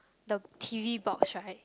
the t_v box right